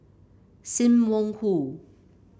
Sim Wong Hoo